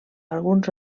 alguns